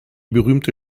berühmte